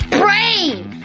brave